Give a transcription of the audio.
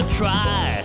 try